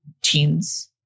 teens